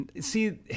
See